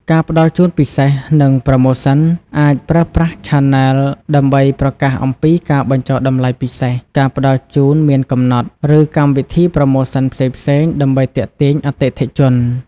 ការផ្ដល់ជូនពិសេស និងប្រូម៉ូសិន អាចប្រើប្រាស់ឆានែល ដើម្បីប្រកាសអំពីការបញ្ចុះតម្លៃពិសេស ការផ្ដល់ជូនមានកំណត់ ឬកម្មវិធីប្រូម៉ូសិនផ្សេងៗ ដើម្បីទាក់ទាញអតិថិជន។